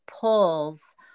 pulls